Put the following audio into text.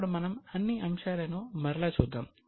ఇప్పుడు మనము అన్ని అంశాలను మరలా చూద్దాం